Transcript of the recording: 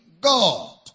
god